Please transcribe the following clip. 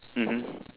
mmhmm